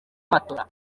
matola